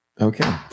Okay